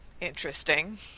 interesting